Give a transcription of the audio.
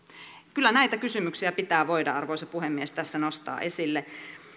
kyllä näitä kysymyksiä pitää voida arvoisa puhemies tässä nostaa esille